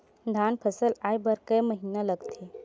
धान फसल आय बर कय महिना लगथे?